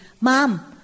Mom